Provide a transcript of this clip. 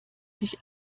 sich